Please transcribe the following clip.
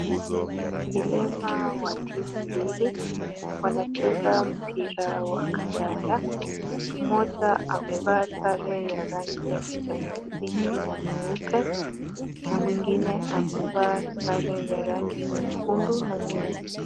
Vilema wa timu mbili. Wanacheza mpira wa kandanda. Mmoja amevaa sare ya rangi ya kijani kibichi na nyeupe na mwingine amevaa sare ya rangi nyekundu na nyeupe.